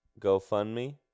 GoFundMe